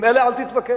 עם אלה אל תתווכח.